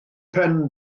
pen